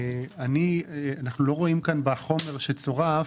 אנחנו לא רואים בחומר שצורף,